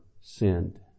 sinned